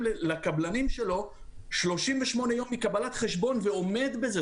לקבלנים שלו 38 ימים מקבלת חשבון ועומד בזה.